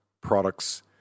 products